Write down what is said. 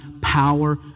power